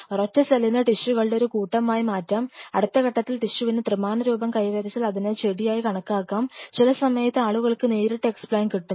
ഒരൊറ്റ സെല്ലിനെ ടിഷ്യുകളുടെ ഒരു കൂട്ടമായി ആയി മാറ്റാം അടുത്തഘട്ടത്തിൽ ടിഷ്യുവിനെ ത്രിമാന രൂപം കൈവരിച്ചാൽ അതിനെ ചെടിയായി കണക്കാക്കാം ചില സമയത്ത് ആളുകൾക്ക് നേരിട്ട് എക്സ്പ്ലാൻറ് കിട്ടും